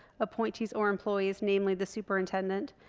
appointees, or employees, namely the superintendent,